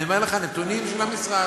אני אומר לך נתונים של המשרד,